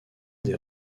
des